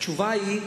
התשובה היא,